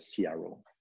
CRO